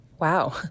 Wow